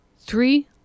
three